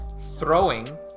throwing